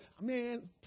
Man